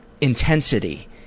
intensity